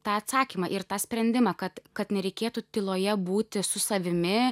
tą atsakymą ir tą sprendimą kad kad nereikėtų tyloje būti su savimi